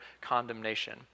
condemnation